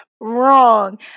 wrong